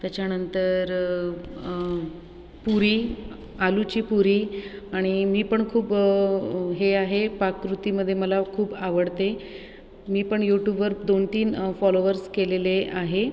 त्याच्यानंतर पुरी आलुची पुरी आणि मी पण खूप हे आहे पाककृतीमध्ये मला खूप आवडते मी पण यूटूबवर दोनतीन फॉलोवर्स केलेले आहे